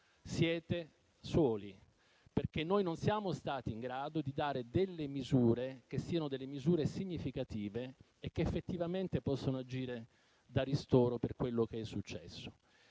siete soli, perché noi non siamo stati in grado di varare misure significative che effettivamente possano agire da ristoro per quello che è successo.